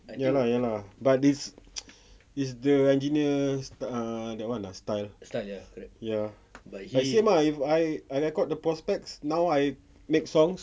ya lah ya lah but this it's the engineer ah that one style ya but same ah if I if I record the prospects now I make songs